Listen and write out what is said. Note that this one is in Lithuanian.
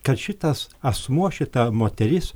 kad šitas asmuo šita moteris